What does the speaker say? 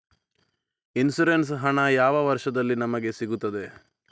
Insurance ಹಣ ಯಾವ ವರ್ಷದಲ್ಲಿ ನಮಗೆ ಸಿಗುತ್ತದೆ?